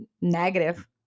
negative